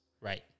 right